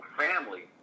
family